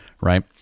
right